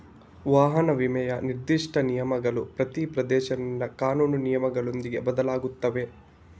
ವಾಹನ ವಿಮೆಯ ನಿರ್ದಿಷ್ಟ ನಿಯಮಗಳು ಪ್ರತಿ ಪ್ರದೇಶದಲ್ಲಿನ ಕಾನೂನು ನಿಯಮಗಳೊಂದಿಗೆ ಬದಲಾಗುತ್ತವೆ